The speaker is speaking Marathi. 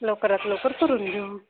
लवकरात लवकर करून घेऊ